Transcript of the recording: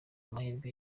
amahirwe